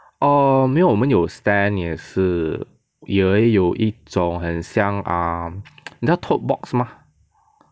err 没有我们有 stand 也是也有一种很像 ah 你知道 tote box mah